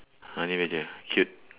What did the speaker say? honey badger cute